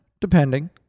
depending